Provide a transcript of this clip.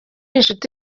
inshuti